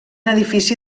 edifici